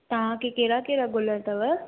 तव्हांखे कहिड़ा कहिड़ा गुल अथव